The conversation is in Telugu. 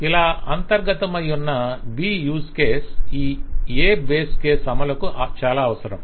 ఇలా అంతర్గ్హతమైయున్న B యూజ్ కేస్ ఈ A బేస్ కేసు అమలుకు అవసరం